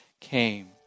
came